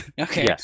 Okay